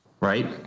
right